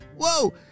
Whoa